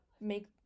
make